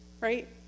right